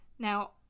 Now